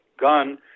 gun